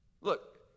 Look